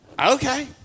Okay